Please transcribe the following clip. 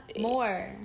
More